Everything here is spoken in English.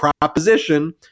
proposition